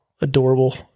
adorable